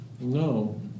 No